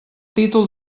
títol